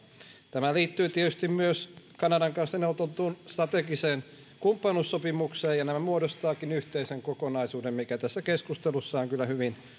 tämä liittyy tietysti myös kanadan kanssa neuvoteltuun strategiseen kumppanuussopimukseen ja nämä muodostavatkin yhteisen kokonaisuuden mikä tässä keskustelussa on kyllä hyvin